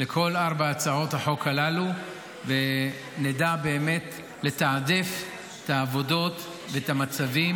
לכל ארבע הצעות החוק הללו ונדע באמת לתעדף את העבודות ואת המצבים